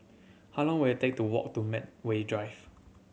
how long will it take to walk to Medway Drive